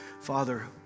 Father